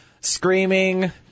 Screaming